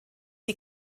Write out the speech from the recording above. die